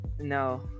No